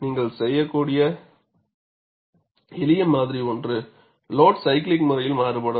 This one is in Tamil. நீங்கள் செய்யக்கூடிய எளிய மாதிரி ஒன்று லோடு சைக்லிக் முறையில் மாறுபடும்